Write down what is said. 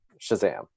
Shazam